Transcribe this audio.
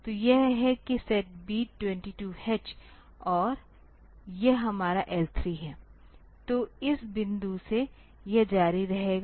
तो यह है कि SETB 22 H और यह हमारा L3 है तो इस बिंदु से यह जारी रहेगा